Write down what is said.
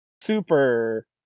super